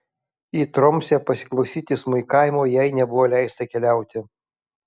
į tromsę pasiklausyti smuikavimo jai nebuvo leista keliauti